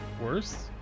worse